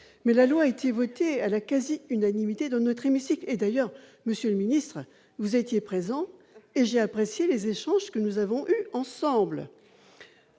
Mais la loi a été votée à la quasi-unanimité de notre hémicycle et d'ailleurs, monsieur le ministre, vous étiez présent et j'ai apprécié les échanges que nous avons eus ensemble.